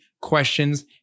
questions